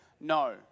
No